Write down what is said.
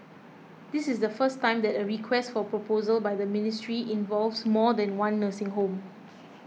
this is the first time that a Request for Proposal by the ministry involves more than one nursing home